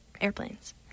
airplanes